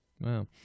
Wow